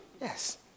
Yes